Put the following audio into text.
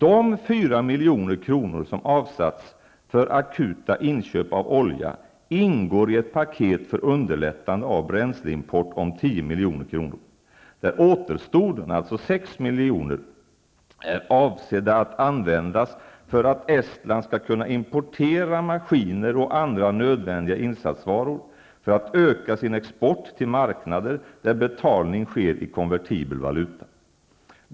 De 4 milj.kr. som avsatts för akuta inköp av olja ingår i ett paket för underlättande av bränsleimport om 10 milj.kr. där återstoden, alltså 6 milj.kr., är avsedd att användas för att Estland skall kunna importera maskiner och andra nödvändiga insatsvaror för att öka sin export till marknader där betalning sker i konvertibel valuta.